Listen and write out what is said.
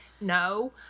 no